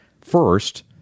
First